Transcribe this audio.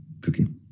Cooking